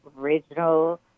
original